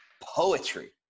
poetry